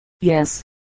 yes